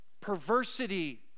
perversity